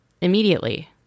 immediately